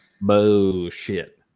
bullshit